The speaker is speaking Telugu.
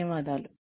ధన్యవాదాలు